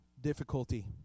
difficulty